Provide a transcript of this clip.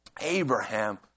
Abraham